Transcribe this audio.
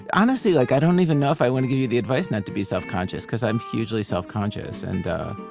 honestly like i don't even know if i want to give you the advice not to be self-conscious, because i'm hugely self-conscious and,